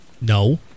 No